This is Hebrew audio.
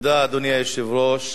אדוני היושב-ראש,